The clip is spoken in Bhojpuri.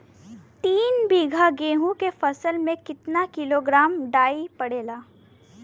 तीन बिघा गेहूँ के फसल मे कितना किलोग्राम डाई पड़ेला?